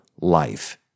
life